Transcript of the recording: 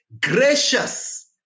gracious